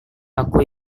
aku